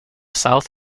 south